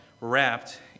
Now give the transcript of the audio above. wrapped